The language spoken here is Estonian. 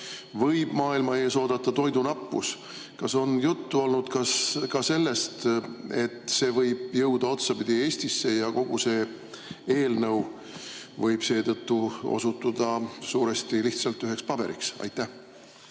võib maailma ees oodata toidunappus. Kas on juttu olnud ka sellest, et see võib jõuda otsapidi Eestisse ja kogu see eelnõu võib seetõttu osutuda suuresti lihtsalt üheks paberiks? Aitäh,